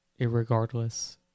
irregardless